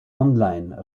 online